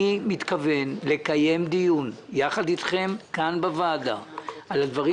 אני מתכוון לקיים דיון ביחד אתכם כאן בוועדה על הדברים